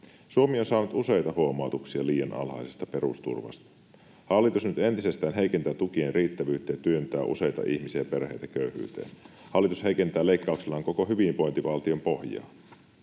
Suomi on saanut useita huomautuksia liian alhaisesta perusturvasta. Hallitus heikentää nyt entisestään tukien riittävyyttä ja työntää useita ihmisiä ja perheitä köyhyyteen. Hallitus heikentää leikkauksillaan koko hyvinvointivaltion pohjaa.